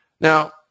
Now